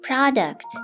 Product